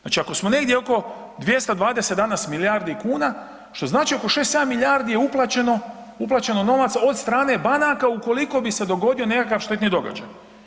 Znači, ako smo negdje oko 220 danas milijardi kuna, što znači oko 6-7 milijardi je uplaćeno, uplaćeno novaca od strane banaka ukoliko bi se dogodio nekakav štetni događaj.